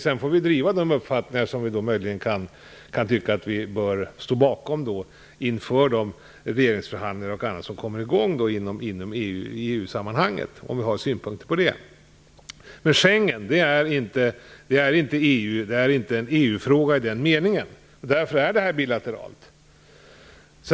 Sedan får vi driva de uppfattningar vi möjligen kan tycka att vi bör ställa oss bakom inför de regeringsförhandlingar och annat som kommer i gång i EU-sammanhanget. Schengenavtalet är alltså inte en EU-fråga i den meningen, och därför är detta bilaterialt.